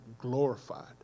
glorified